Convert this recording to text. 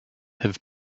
have